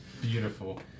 Beautiful